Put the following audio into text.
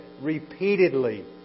repeatedly